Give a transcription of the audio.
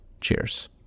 Cheers